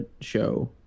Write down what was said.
show